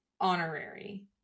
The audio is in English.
honorary